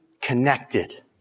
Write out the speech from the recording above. connected